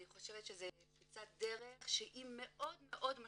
אני חושבת שזו פריצת דרך מאוד משמעותית.